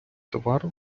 товару